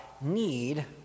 need